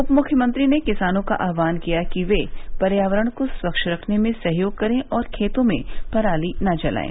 उपमुख्यमंत्री ने किसानों का आहवान किया कि ये पर्यावरण को स्वच्छ रखने में सहयोग करें और खेतों में पराली न जलाएं